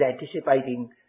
anticipating